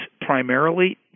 primarily